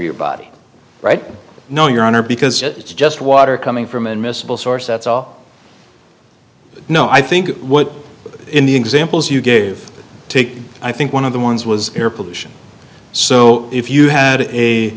your body right no your honor because it's just water coming from unmissable source that's all no i think what in the examples you gave i think one of the ones was air pollution so if you had a